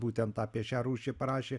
būtent apie šią rūšį parašė